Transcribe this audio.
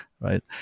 Right